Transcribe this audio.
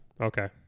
Okay